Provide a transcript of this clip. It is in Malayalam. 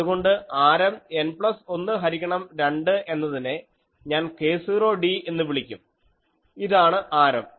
അതുകൊണ്ട് ആരം N പ്ലസ് 1 ഹരിക്കണം 2 എന്നതിനെ ഞാൻ k0d എന്ന് വിളിക്കും ഇതാണ് ആരം